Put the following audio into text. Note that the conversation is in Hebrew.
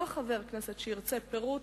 כל חבר כנסת שירצה פירוט,